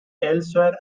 elsewhere